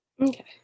Okay